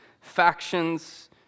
factions